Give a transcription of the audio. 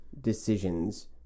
decisions